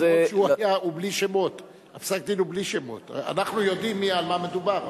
פסק-הדין הוא בלי שמות, אנחנו יודעים על מי מדובר.